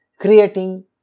creating